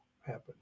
happen